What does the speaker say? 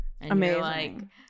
amazing